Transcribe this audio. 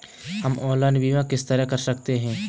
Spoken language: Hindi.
हम ऑनलाइन बीमा किस तरह कर सकते हैं?